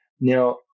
Now